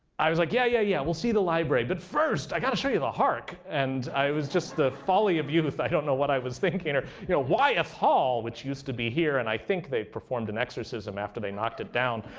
i was like, yeah, yeah, yeah. we'll see the library. but first, i got to show you the hark. and i was just the folly of youth. i don't know what i was thinking. you know wyeth hall, which used to be here, and i think they performed an exorcism after they knocked it down.